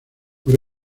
por